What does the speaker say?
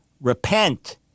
repent